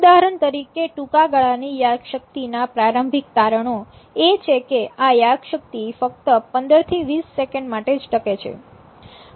ઉદાહરણ તરીકે ટૂંકાગાળાની યાદશક્તિના પ્રારંભિક તારણો એ છે કે આ યાદશક્તિ ફક્ત પંદરથી વીસ સેકન્ડ માટે જ ટકે છે